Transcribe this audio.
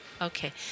Okay